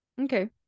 okay